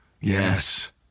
Yes